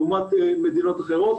לעומת מדינות אחרות,